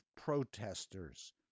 protesters